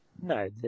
no